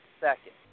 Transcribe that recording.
second